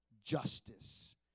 Justice